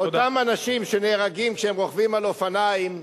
אותם אנשים שנהרגים כשהם רוכבים על אופניים,